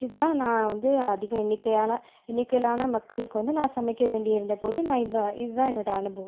இதான் நான் வந்து அதிக எண்ணிக்கையால் எண்ணிக்கையிலான மக்களுக்கு வந்து நான் சமைக்க வேண்டி இருந்த போது நான் இது தான் என்னோட அனுபவம்